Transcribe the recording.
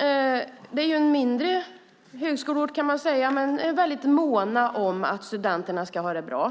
är en mindre högskoleort, men där är man väldigt mån om att studenterna ska ha det bra.